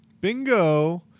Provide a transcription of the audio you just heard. Bingo